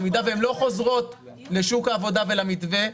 במידה והן לא חוזרות לשוק העבודה ולמתווה,